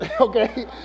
Okay